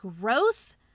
growth